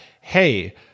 hey